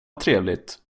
trevligt